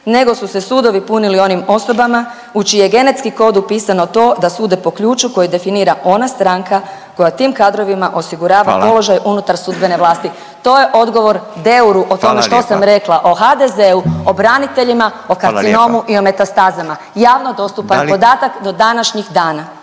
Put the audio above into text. nego su se sudovi punili onim osobama u čiji je genetski kod upisano to da sude po ključu koji definira ona stranka koja tim kadrovima osigurava položaj unutar sudbene vlasti. … /Upadica Radin: Hvala./ … To je odgovor Deuru o tome što sam rekla …… /Upadica Radin: Hvala./ …… o HDZ-u, o braniteljima, o karcinomu i o metastazama javno dostupan podatak do današnjih dana.